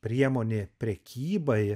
priemonė prekybai